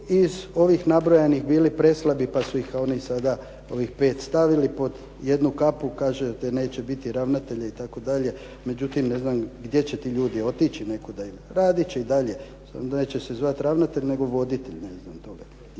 iz ovih nabrojanih bili preslabi, pa su ih oni sada ovih pet stavili pod jednu kapu kaže te neće biti ravnatelja itd. Međutim, ne znam gdje će ti ljudi otići nekuda. Radit će i dalje samo neće se zvati ravnatelj nego voditelj ne znam toga